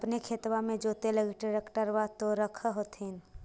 अपने खेतबा मे जोते लगी ट्रेक्टर तो रख होथिन?